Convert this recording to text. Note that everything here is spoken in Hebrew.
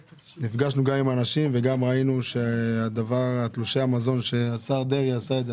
נפגשנו גם עם אנשים וגם ראינו שתלושי המזון שהשר דרעי עשה את זה,